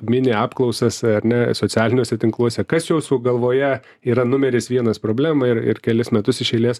mini apklausas ar ne socialiniuose tinkluose kas jūsų galvoje yra numeris vienas problema ir ir kelis metus iš eilės